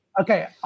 Okay